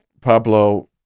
Pablo